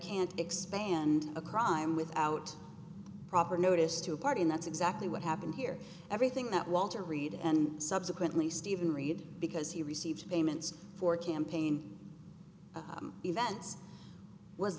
can't expand a crime without proper notice to a party and that's exactly what happened here everything that walter reed and subsequently stephen read because he received payments for campaign events was